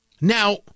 Now